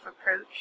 approach